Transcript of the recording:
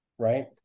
Right